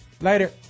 Later